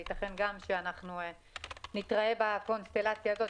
יתכן גם שאנחנו נתראה בקונסטלציה הזאת.